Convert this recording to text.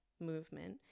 movement